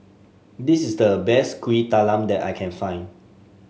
this is the best Kuih Talam that I can find